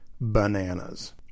bananas